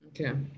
Okay